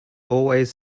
always